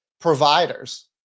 providers